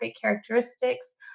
characteristics